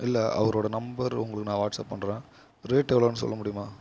இல்லை அவரோட நம்பர் உங்களுக்கு நான் வாட்ஸ்ஆப் பண்ணுறேன் ரேட் எவ்வளோன்னு சொல்ல முடியுமா